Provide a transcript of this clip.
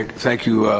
thank you,